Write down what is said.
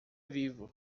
vivo